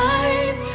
eyes